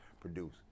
produce